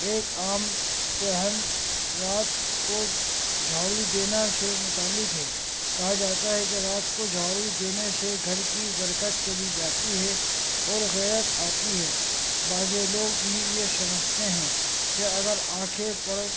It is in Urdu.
ایک عام توہم رات کو جھاڑو دینا سے متعلق ہے کہا جاتا ہے کہ رات کو جھاڑو دینے سے گھر کی برکت چلی جاتی ہے اور غربت آتی ہے بعضے لوگ بھی یہ سمجھتے ہیں کہ اگر آنکھیں پڑ